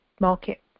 market